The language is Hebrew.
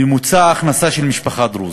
ממוצע ההכנסה של משפחה דרוזית,